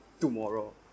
Tomorrow